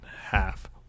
half